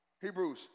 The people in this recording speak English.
Hebrews